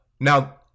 Now